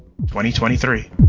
2023